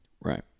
Right